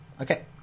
okay